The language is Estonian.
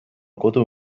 kodu